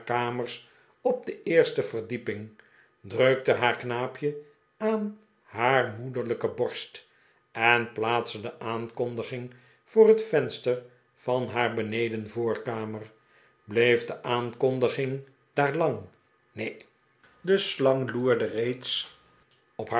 op de eerste verdieping drukte haar knaapje aan haar moederlijke borst en plaatste de aankondiging voor het venster van haar benedenvoorkamer bleef de aankondiging daar lang neen de slang loerde reeds op